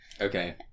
Okay